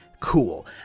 cool